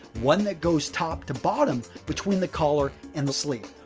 one that goes top to bottom between the collar and the sleeve.